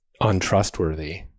untrustworthy